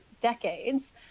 decades